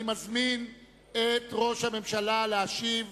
אני מזמין את ראש הממשלה להשיב